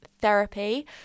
therapy